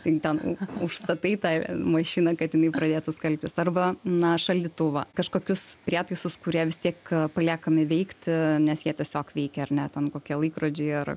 tai ten užstatai tą mašiną kad jinai pradėtų skalbtis arba na šaldytuvą kažkokius prietaisus kurie vis tiek paliekami veikti nes jie tiesiog veikia ar ne ten kokie laikrodžiai ar